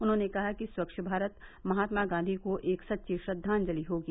उन्होंने कहा कि स्वच्छ भारत महात्मा गांवी को एक सच्ची श्रद्वांजलि होगी